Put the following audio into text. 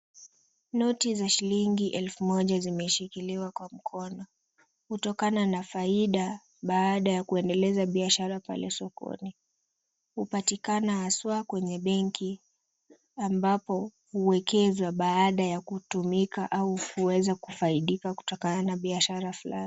Noti za shilingi elfu moja zimeshikiliwa kwa mkono, hutokana na faida baada ya kuendeleza biashara pale sokoni. Hupatikana haswa kwenye benki ambapo huwekezwa baada ya kutumika au kuweza kufaidika kutokana na biashara fulani.